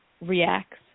reacts